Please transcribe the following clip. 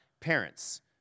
parents